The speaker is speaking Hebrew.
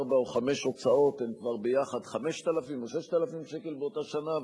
ארבע או חמש הוצאות הן כבר ביחד 5,000 או 6,000 שקל באותה שנה.